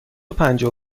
پنجاه